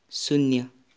शून्य